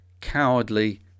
cowardly